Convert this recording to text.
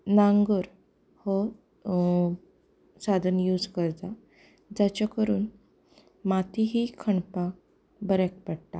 नांगर हें साधन यूज करता तें करून माती खणपाक बऱ्याक पडटा